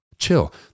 chill